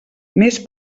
més